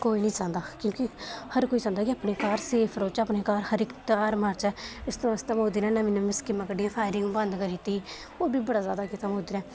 कोई निं चांह्दा क्योंकि हर कोई चांह्दा कि अस सेफ रौह्चै अपने घर हर इक तेहार मनाचै इस बास्तै मोदी नै नमियां स्कीमा कड्ढियां मोदी ने बंद करी दित्ती होर बी बड़ा जैदा कीता नै